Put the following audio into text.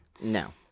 No